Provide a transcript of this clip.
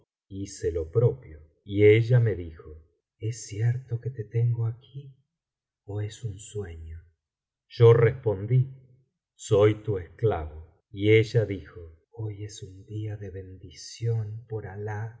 y yo hice lo propio y ella me dijo es cierto que te tengo aquí ó es un sueño y o respondí soy tu esclavo y ella dijo hoy es un día de bendición por alah